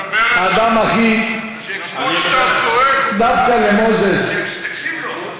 האדם הכי, כמו שאתה צועק, תקשיב לו.